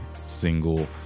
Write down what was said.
single